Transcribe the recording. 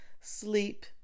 sleep